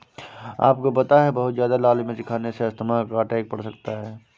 आपको पता है बहुत ज्यादा लाल मिर्च खाने से अस्थमा का अटैक पड़ सकता है?